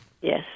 Yes